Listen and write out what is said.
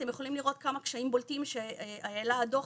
אתם יכולים לראות כמה קשיים בולטים שהעלה הדו"ח,